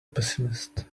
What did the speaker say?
pessimist